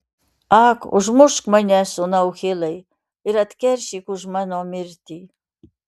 ak užmušk mane sūnau hilai ir atkeršyk už mano mirtį